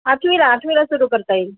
आठवीला आठवीला सुरू करता येईल